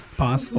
pass